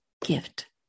gift